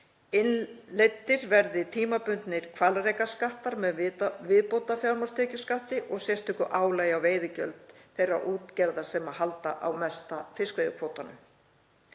Innleiddir verði tímabundnir hvalrekaskattar með viðbótarfjármagnstekjuskatti og sérstöku álagi á veiðigjöld þeirra útgerða sem halda á mesta fiskveiðikvótanum.